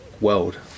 world